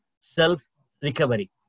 self-recovery